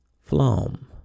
Flom